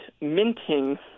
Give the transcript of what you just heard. minting